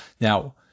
Now